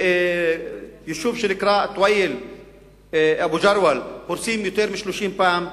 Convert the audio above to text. ביישוב שנקרא אטוויל-אבו-ג'רוול הורסים יותר מ-30 פעם,